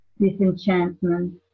disenchantment